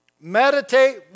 meditate